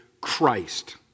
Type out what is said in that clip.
Christ